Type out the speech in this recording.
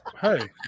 Hey